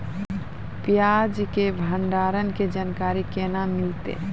प्याज के भंडारण के जानकारी केना मिलतै?